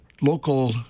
local